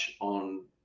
on